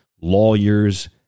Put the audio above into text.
lawyers